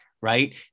right